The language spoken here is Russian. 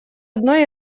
одной